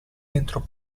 entro